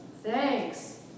Thanks